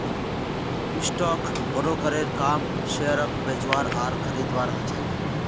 stock ब्रोकरेर काम शेयरक बेचवार आर खरीदवार ह छेक